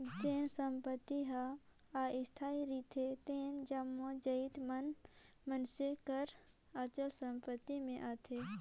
जेन संपत्ति हर अस्थाई रिथे तेन जम्मो जाएत मन मइनसे कर अचल संपत्ति में आथें